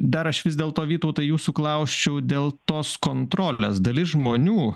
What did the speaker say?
dar aš vis dėlto vytautai jūsų klausčiau dėl tos kontrolės dalis žmonių